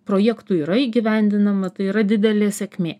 projektų yra įgyvendinama yra didelė sėkmė